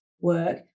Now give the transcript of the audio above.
work